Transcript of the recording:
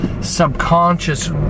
subconscious